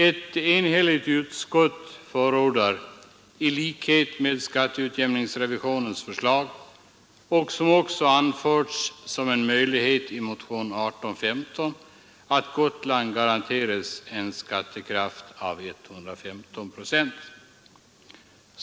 Ett enhälligt utskott förordar i likhet med skatteutjämningsrevisionens förslag, vilket också anförts som en möjlighet i motionen 1815, att Gotland garanteras en skattekraft av 115 procent.